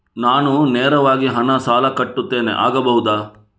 ನಾನು ನೇರವಾಗಿ ಹಣ ಸಾಲ ಕಟ್ಟುತ್ತೇನೆ ಆಗಬಹುದ?